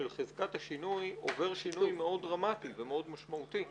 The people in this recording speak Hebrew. של חזקת השיתוף עובר שינוי מאוד דרמטי ומאוד משמעותי.